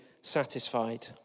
satisfied